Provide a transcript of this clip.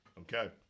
Okay